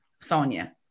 Sonia